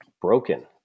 Broken